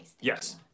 Yes